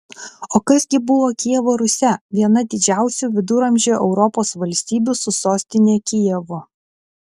o kas gi buvo kijevo rusia viena didžiausių viduramžių europos valstybių su sostine kijevu